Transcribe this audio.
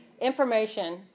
information